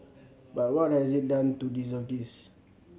but what has it done to deserve this